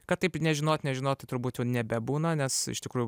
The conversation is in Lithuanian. kad taip nežinot nežinot tai turbūt nebebūna nes iš tikrųjų